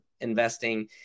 investing